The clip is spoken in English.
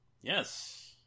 Yes